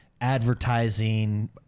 Advertising